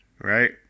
Right